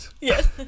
Yes